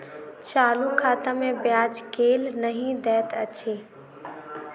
चालू खाता मे ब्याज केल नहि दैत अछि